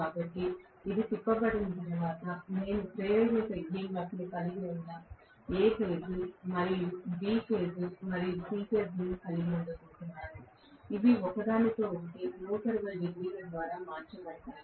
కాబట్టి ఇది తిప్పబడిన తర్వాత నేను ప్రేరేపిత EMF లను కలిగి ఉన్న A ఫేజ్ B ఫేజ్ మరియు C ఫేజ్ లను కలిగి ఉండబోతున్నాను ఇవి ఒకదానికొకటి 120 డిగ్రీల ద్వారా మార్చబడతాయి